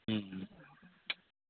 হুম হুম